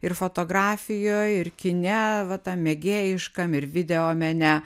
ir fotografijoj ir kine va tam mėgėjiškam ir video mene